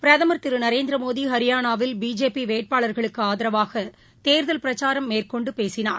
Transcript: பிரதமர் திரு நரேந்திரமோடி ஹரியானாவில் பிஜேபி வேட்பாளா்களுக்கு ஆதரவாக தேர்தல் பிரச்சாரம் மேற்கொண்டு பேசினார்